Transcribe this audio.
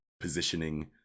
positioning